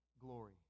glory